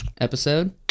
Episode